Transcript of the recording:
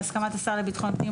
בהסכמת השר לביטחון לאומי